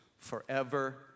forever